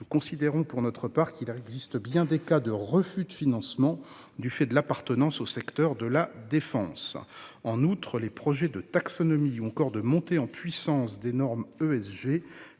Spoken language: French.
nous considérons pour notre part qu'il existe bien des cas de refus de financement du fait de l'appartenance au secteur de la défense. En outre, les projets de taxonomie ou encore la montée en puissance des critères